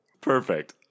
Perfect